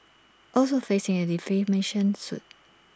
also facing A defamation suit